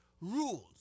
rules